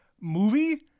movie